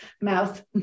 mouth